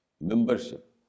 membership